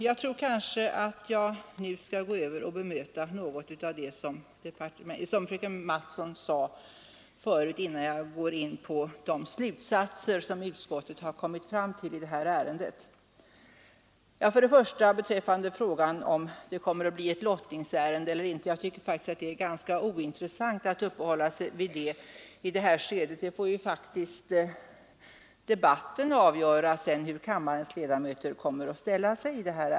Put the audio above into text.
Innan jag går in på de slutsatser som utskottet kommit fram till i detta ärende tror jag att jag skall bemöta något av det som fröken Mattson sade. Beträffande frågan om detta kommer att bli ett lottningsärende eller inte så tycker jag att det är ointressant att uppehålla sig vid det i detta skede. Debatten får ju faktiskt avgöra hur kammarens ledamöter kommer att ställa sig.